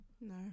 No